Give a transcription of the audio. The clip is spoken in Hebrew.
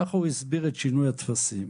כך הוא הסביר את שינוי הטפסים.